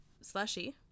slushy